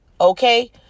okay